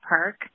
Park